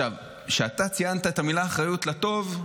כשאתה ציינת את המילה "אחריות" לטוב,